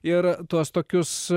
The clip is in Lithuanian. ir tuos tokius